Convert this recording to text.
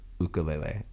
ukulele